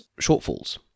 shortfalls